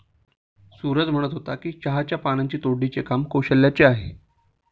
सूरज म्हणत होता की चहाच्या पानांची तोडणीचे काम कौशल्याचे आहे